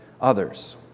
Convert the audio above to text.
others